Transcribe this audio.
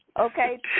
okay